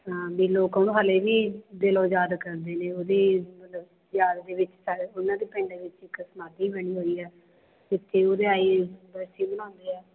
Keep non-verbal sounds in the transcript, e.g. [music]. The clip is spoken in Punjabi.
ਹਾਂ ਵੀ ਲੋਕ ਉਹਨੂੰ ਹਾਲੇ ਵੀ ਦਿਲੋਂ ਯਾਦ ਕਰਦੇ ਨੇ ਉਹਦੀ ਮਤਲਬ ਯਾਦ ਦੇ ਵਿੱਚ ਸਾਰੇ ਉਹਨਾਂ ਦੇ ਪਿੰਡ ਵਿੱਚ ਇੱਕ ਸਮਾਧੀ ਬਣੀ ਹੋਈ ਹੈ ਜਿੱਥੇ ਉਹਦੀ [unintelligible] ਬਰਸੀ ਮਨਾਉਂਦੇ ਆ